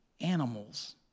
animals